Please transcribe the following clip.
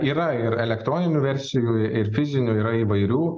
yra ir elektroninių versijų ir fizinių yra įvairių